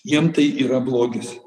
jiem tai yra blogis